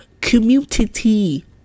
community